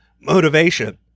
motivation